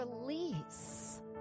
release